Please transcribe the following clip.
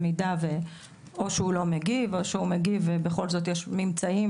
במידה והוא לא מגיב או שהוא מגיב ובכל זאת יש ממצאים